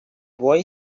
boy